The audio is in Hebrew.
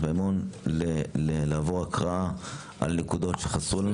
מימון לעבור הקראה על נקודות שחסרו לנו.